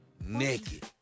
naked